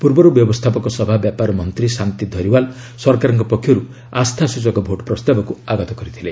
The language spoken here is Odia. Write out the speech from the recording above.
ପୂର୍ବରୁ ବ୍ୟବସ୍ଥାପକ ସଭା ବ୍ୟାପାର ମନ୍ତ୍ରୀ ଶାନ୍ତି ଧରିଓ୍ବାଲ୍ ସରକାରଙ୍କ ପକ୍ଷରୁ ଆସ୍ଥା ସୂଚକ ଭୋଟ୍ ପ୍ରସ୍ତାବକୁ ଆଗତ କରିଥିଲେ